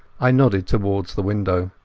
i nodded towards the window.